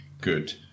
good